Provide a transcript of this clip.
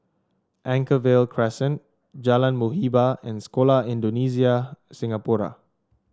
Anchorvale Crescent Jalan Muhibbah and Sekolah Indonesia Singapura